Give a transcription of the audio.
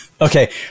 okay